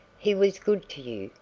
he was good to you,